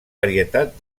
varietat